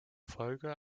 folge